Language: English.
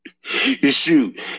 shoot